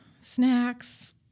snacks